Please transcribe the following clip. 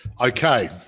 Okay